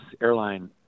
airline